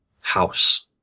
house